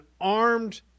armed